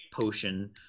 potion